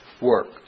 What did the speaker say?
work